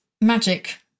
magic